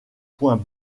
points